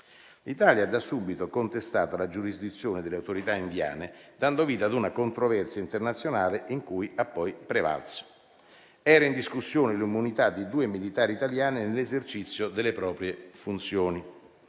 L'Italia ha da subito contestato la giurisdizione delle autorità indiane, dando vita a una controversia internazionale in cui ha poi prevalso. Era in discussione l'immunità di due militari italiani nell'esercizio delle proprie funzioni.